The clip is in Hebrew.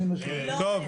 חבר'ה,